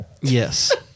Yes